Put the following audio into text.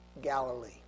Galilee